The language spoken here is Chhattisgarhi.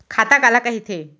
खाता काला कहिथे?